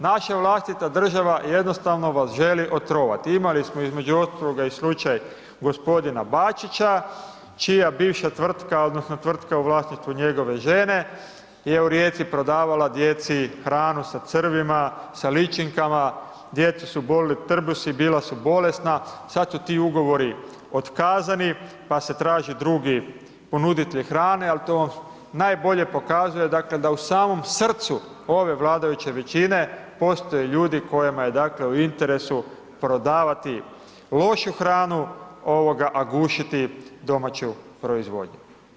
Naša vlastita država jednostavno vas želi otrovati, imali smo između ostaloga i slučaj gospodina Bačića, čija bivša tvrtka, odnosno, tvrtka u vlasništvu njegove žene, je u Rijeci prodavala djeci hranu sa crvima, sa ličinkama, djecu su bolili trbusi, bila su bolesna, sada su ti ugovori otkazani, pa se traži drugi ponuditelj hrane, ali to vam najbolje pokazuje da u samom srcu ove vladajuće većine, postoje ljudi kojima je dakle, u interesu prodavati lošu hranu, a gušiti domaću proizvodnju.